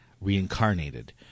Reincarnated